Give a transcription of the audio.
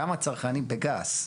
כמה צרכנים בגז,